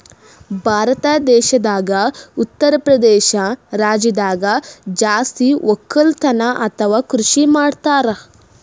ಭಾರತ್ ದೇಶದಾಗ್ ಉತ್ತರಪ್ರದೇಶ್ ರಾಜ್ಯದಾಗ್ ಜಾಸ್ತಿ ವಕ್ಕಲತನ್ ಅಥವಾ ಕೃಷಿ ಮಾಡ್ತರ್